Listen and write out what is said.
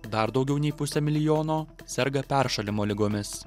dar daugiau nei pusę milijono serga peršalimo ligomis